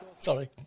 Sorry